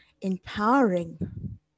empowering